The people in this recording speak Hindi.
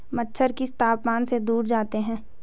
मच्छर किस तापमान से दूर जाते हैं?